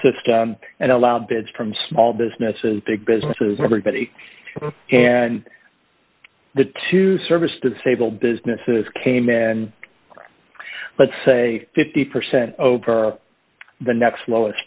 system and allowed bids from small businesses big businesses everybody and the to service disabled businesses came in let's say fifty percent over the next lowest